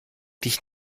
dich